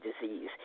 disease